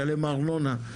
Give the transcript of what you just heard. משלם ארנונה,